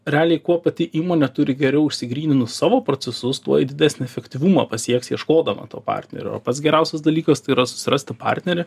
realiai kuo pati įmonė turi geriau išsigryninus savo procesus tuo ji didesnį efektyvumą pasieks ieškodama to partnerio o pats geriausias dalykas tai yra susirasti partnerį